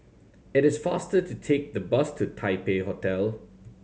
it is faster to take the bus to Taipei Hotel